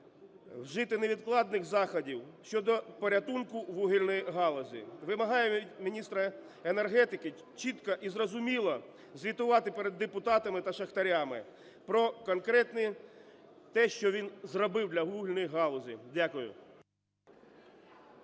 вжити невідкладних заходів щодо порятунку вугільної галузі. Вимагаю від міністра енергетики чітко і зрозуміло звітувати перед депутатами та шахтарями про конкретно те, що він зробив для вугільної галузі. Дякую.